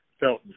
Felton